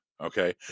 okay